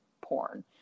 porn